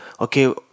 Okay